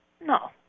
No